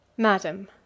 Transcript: Madam